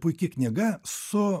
puiki knyga su